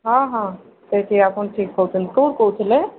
ହଁ ହଁ ସେଇଠି ଆପଣ ଠିକ୍ କହୁଛନ୍ତି ତ କହୁଥିଲେ